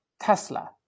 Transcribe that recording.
Tesla